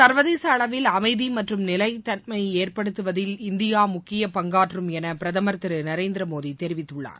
சர்வதேச அளவில் அமைதி மற்றும் நிலைத்தன்மை ஏற்படுத்துவதில் இந்தியா முக்கிய பங்காற்றும் என பிரதமர் திரு நரேந்திர மோடி தெரிவித்துள்ளார்